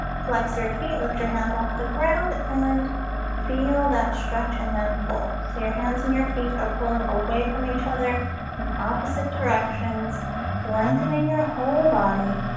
flex your feet lift your hands off the ground and feel that stretch and that pull so your hands and your feet are pulling away from each other in opposite directions lengthening your whole body